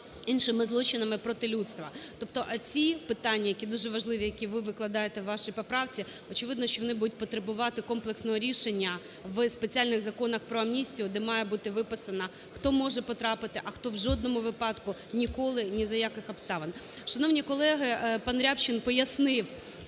іншими злочинами проти людства. Тобто ці питання, які дуже важливі, які ви викладаєте у вашій поправці, очевидно, що вони будуть потребувати комплексного рішення в спеціальних законах про амністію, де має бути виписано, хто може потрапити, а хто в жодному випадку ніколи, ні за яких обставин. Шановні колеги, панРябчин пояснив